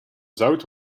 zout